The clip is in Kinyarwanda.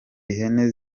ihene